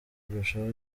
kurushaho